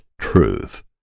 truth